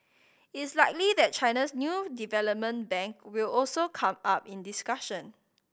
it's likely that China's new development bank will also come up in discussion